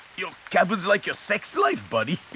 your cabin's like your sex-life buddy.